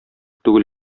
түгел